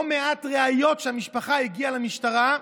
לא מעט ראיות שהמשפחה הביאה למשטרה,